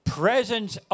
presence